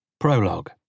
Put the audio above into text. Prologue